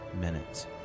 minutes